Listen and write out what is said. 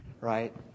right